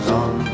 on